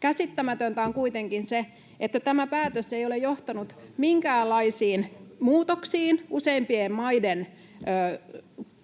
Käsittämätöntä on kuitenkin se, että tämä päätös ei ole johtanut minkäänlaisiin muutoksiin useimpien maiden